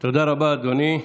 תודה רבה, אדוני.